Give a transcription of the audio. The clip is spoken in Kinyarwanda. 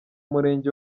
murenge